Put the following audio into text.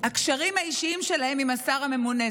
הקשרים האישיים שלהם עם השר הממונה.